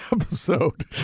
episode